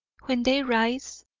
when they rise,